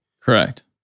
Correct